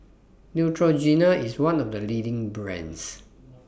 Neutrogena IS one of The leading brands